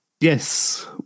Yes